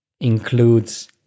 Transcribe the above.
includes